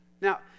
Now